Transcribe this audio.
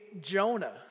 Jonah